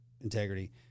integrity